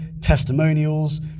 testimonials